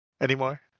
anymore